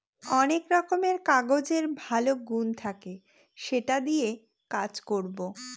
অনেক রকমের কাগজের ভালো গুন থাকে সেটা দিয়ে কাজ করবো